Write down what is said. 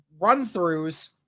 run-throughs